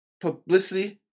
publicity